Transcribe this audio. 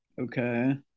Okay